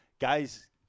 Guys